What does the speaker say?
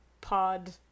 pod